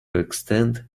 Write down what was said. extend